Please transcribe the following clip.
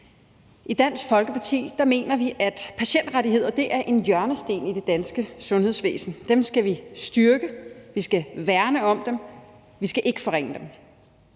I Dansk Folkeparti mener vi, at patientrettigheder er en hjørnesten i det danske sundhedsvæsen; dem skal vi styrke, dem skal vi værne om, vi skal ikke forringe dem.